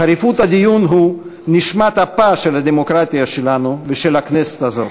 חריפוּת הדיון היא נשמת אפה של הדמוקרטיה שלנו ושל הכנסת הזו,